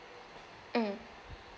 mm